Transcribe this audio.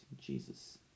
Jesus